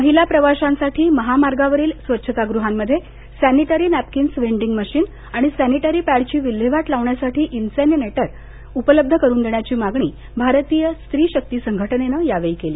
महिला प्रवाशांसाठी महामार्गावरील स्वच्छतागृहांमध्ये सॅनिटरी नॅपकिन्स व्हेडींग मशिन आणि सॅनिटरी पॅडची विल्हेवाट लावण्यासाठी इन्सिनेटर उपलब्ध करुन देण्याची मागणी भारतीय स्त्री शक्ती संघटनेनं यावेळी केली